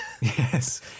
Yes